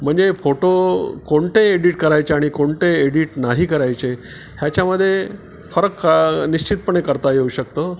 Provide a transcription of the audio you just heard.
म्हणजे फोटो कोणते एडिट करायचे आणि कोणते एडिट नाही करायचे ह्याच्यामध्ये फरक निश्चितपणे करता येऊ शकतो